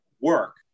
work